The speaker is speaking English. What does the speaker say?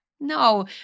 No